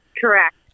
correct